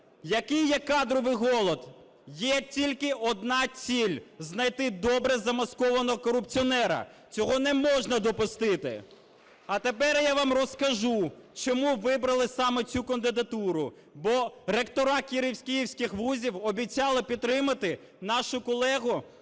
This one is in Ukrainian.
який, як кадровий голод, є тільки одна ціль – знайти добре замаскованого корупціонера. Цього не можна допустити. А тепер я вам розкажу, чому вибрали саме цю кандидатуру. Бо ректори київських вузів обіцяли підтримати нашу колегу